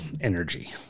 energy